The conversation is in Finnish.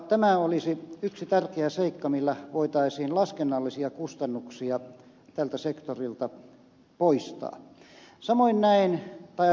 tämä olisi yksi tärkeä seikka millä voitaisiin laskennallisia kustannuksia tältä sektorilta poistaa tai ainakin vähentää